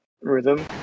rhythm